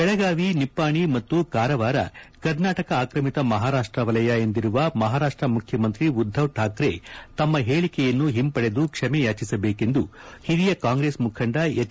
ಬೆಳಗಾವಿ ನಿಪ್ಪಾಣಿ ಮತ್ತು ಕಾರವಾರ ಕರ್ನಾಟಕ ಆಕ್ರಮಿತ ಮಹಾರಾಷ್ಟ ವಲಯ ಎಂದಿರುವ ಮಹಾರಾಷ್ಟ ಮುಖ್ಚಮಂತ್ರಿ ಉದ್ದವ್ ಕಾಕ್ರೆ ತಮ್ಮ ಹೇಳಿಕೆಯನ್ನು ಹಿಂಪಡೆದು ಕ್ಷಮೆ ಯಾಜಿಸಬೇಕೆಂದು ಹಿರಿಯ ಕಾಂಗ್ರೆಸ್ ಮುಖಂಡ ಎಜ್